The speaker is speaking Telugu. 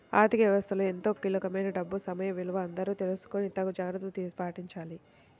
ఆర్ధిక వ్యవస్థలో ఎంతో కీలకమైన డబ్బు సమయ విలువ అందరూ తెలుసుకొని తగు జాగర్తలు పాటించాలి